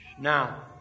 Now